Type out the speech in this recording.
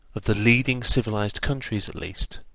of the leading civilised countries at least,